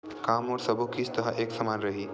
का मोर सबो किस्त ह एक समान रहि?